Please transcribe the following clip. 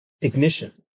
ignition